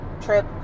trip